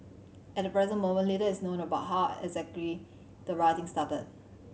at the present moment little is known about how the rioting started